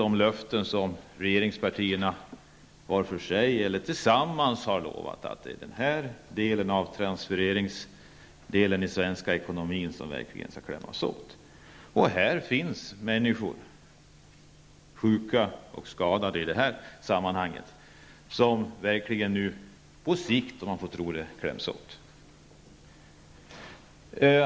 De nuvarande regeringspartierna, antingen var för sig eller tillsammans, har lovat att denna del av transfereringarna i den svenska ekonomin verkligen skall klämmas åt. Det finns i detta sammanhang skadade och sjuka människor som på sikt kommer att klämmas åt.